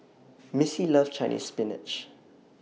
Missie loves Chinese Spinach